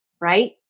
right